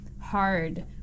hard